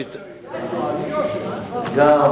תודה.